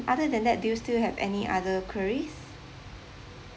other than that do you still have any other queries